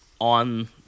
on